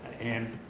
and